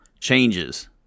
changes